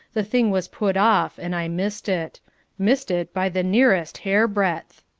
the thing was put off and i missed it missed it by the nearest hair-breadth!